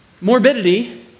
morbidity